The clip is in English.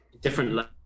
Different